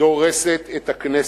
דורסת את הכנסת.